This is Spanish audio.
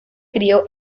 crio